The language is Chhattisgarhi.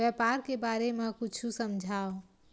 व्यापार के बारे म कुछु समझाव?